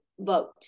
vote